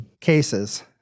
cases